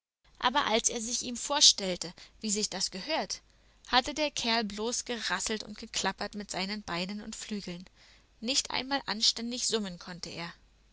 aber als er sich ihm vorstellte wie sich das gehört hatte der kerl bloß gerasselt und geklappert mit seinen beinen und flügeln nicht einmal anständig summen konnte er